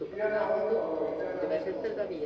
کیٚنٛہہ نا حظ چھُنہٕ پَرواے کینٛہہ نا حظ چھُنہٕ پَرواے